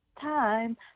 time